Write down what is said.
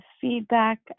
feedback